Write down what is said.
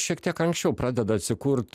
šiek tiek anksčiau pradeda atsikurt